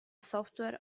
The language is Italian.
software